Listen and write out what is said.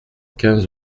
quinze